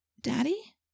Daddy